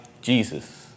Jesus